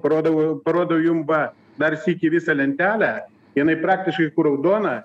parodau parodau jum va dar sykį visą lentelę jinai praktiškai raudona